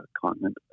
continent